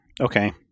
Okay